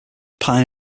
pine